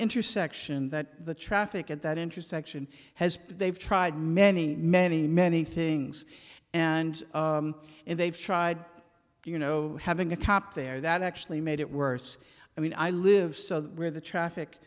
intersection that the traffic at that intersection has they've tried many many many things and they've tried you know having a cop there that actually made it worse i mean i live so where the traffic